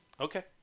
Okay